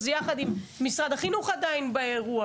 אז משרד החינוך עדיין באירוע,